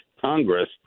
Congress